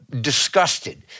disgusted